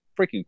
freaking